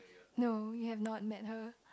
no you have not met her